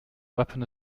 weapon